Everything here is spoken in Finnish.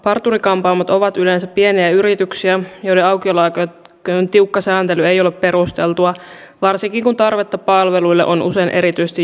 parturi kampaamot ovat yleensä pieniä yrityksiä joiden aukioloaikojen tiukka sääntely ei ole perusteltua varsinkin kun tarvetta palveluille on usein erityisesti juhlasesonkeina